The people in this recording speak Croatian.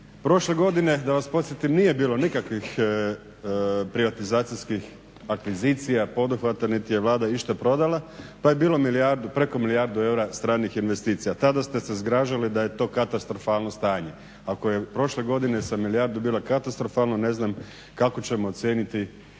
Prošle godine, da vas podsjetim nije bilo nikakvih privatizacijskih akvizicija, poduhvata niti je Vlada išta prodala pa je bilo preko milijardu eura stranih investicija. Tada ste se zgražali da je to katastrofalno stanje, ako je prošle godine sa milijardu bilo katastrofalno, ne znam kako ćemo ocijeniti